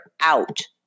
out